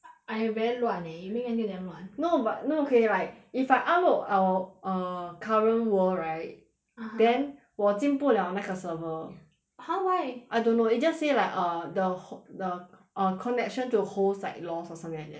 I very 乱 leh you make until damn 乱 no but no okay like if I upload our err current world right (uh huh) then 我进不了那个 server !huh! why I don't know it just say like err the ho~ the err connection to the host site lost or something like that